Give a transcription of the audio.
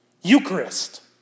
Eucharist